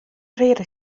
reade